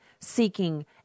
seeking